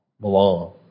belong